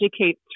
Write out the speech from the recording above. educate